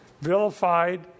vilified